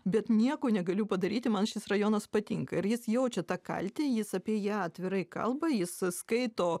bet nieko negaliu padaryti man šis rajonas patinka ir jis jaučia tą kaltę jis apie ją atvirai kalba jis skaito